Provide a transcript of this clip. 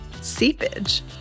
Seepage